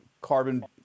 carbon